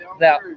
now